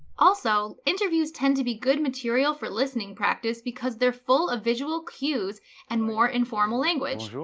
also, interviews tend to be good material for listening practice because they're full of visual cues and more informal language.